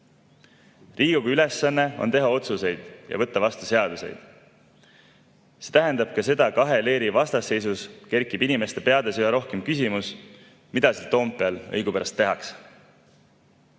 Riigikogu ülesanne on teha otsuseid ja võtta vastu seadusi. See tähendab ka seda, et kahe leeri vastasseisus kerkib inimeste peades üha rohkem küsimus, mida seal Toompeal õigupärast tehakse.